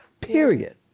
Period